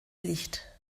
licht